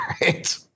right